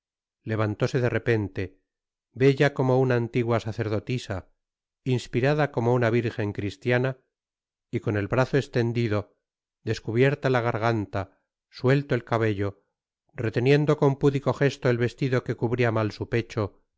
levantóse de repente bella como una antigua sacerdotisa inspirada como una virgen cristiana y con el brazo estendido descubierta la garganta suelto el cabello reteniendo con púdico gesto el vestido que cubría mal su pecho